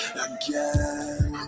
again